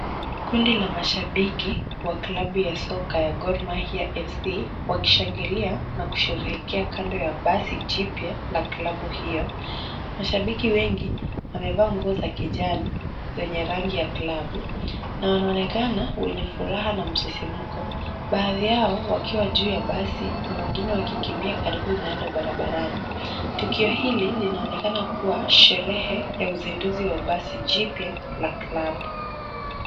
Kundi la mashabiki wa klabu ya soka ya Gor Mahia FC wakishangilia na kusheherekea kando ya basi jipya la klabu hiyo. Mashabiki wengi wamevaa nguo za kijani, zenye rangi ya Klabu. Na wanaonekana wenye furaha na msisimko baadhi yao wakiwa juu ya basi na wengine wakikimbia karibu nalo barabarani. Tukio hili linaonekana kuwa sherehe ya uzinduzi wa basi jipya la klabu.